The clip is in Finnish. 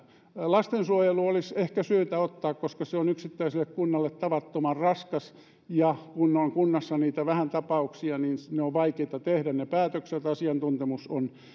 lastensuojelu olisi ehkä syytä ottaa koska se on yksittäiselle kunnalle tavattoman raskas kun kunnassa on vähän niitä ta pauksia ne päätökset ovat vaikeita tehdä kun asiantuntemus on